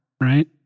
right